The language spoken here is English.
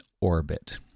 orbit